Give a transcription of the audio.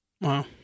Wow